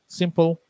simple